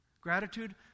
Gratitude